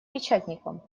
печатников